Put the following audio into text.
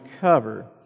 cover